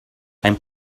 ein